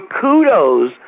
kudos